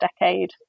decade